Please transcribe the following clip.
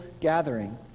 gathering